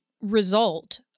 result